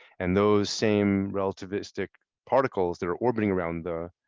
and those same relativistic particles that are orbiting around the